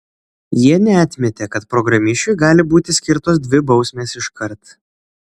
jie neatmetė kad programišiui gali būti skirtos dvi bausmės iškart